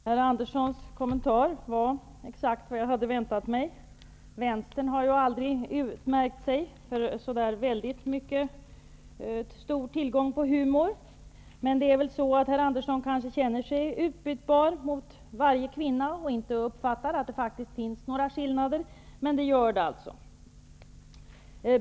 Herr talman! Herr Anderssons kommentar var exakt vad jag hade väntat mig. Vänstern har då aldrig utmärkt sig för särskilt stor tillgång på humor. Men herr Andersson kanske känner sig utbytbar mot varje kvinna och inte uppfattar att det finns några skillnader. Men det gör det alltså.